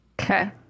Okay